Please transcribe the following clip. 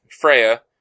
Freya